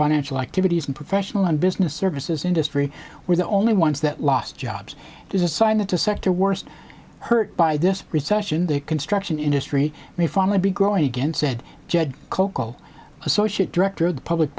financial activities in professional and business services industry were the only ones that lost jobs is a sign that the sector worst hurt by this recession the construction industry may finally be growing again said jed kolko associate director of the public